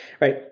right